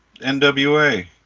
NWA